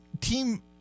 team